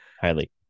Highly